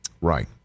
Right